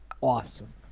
awesome